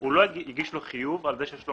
הוא לא הגיש לו חיוב על זה שיש לו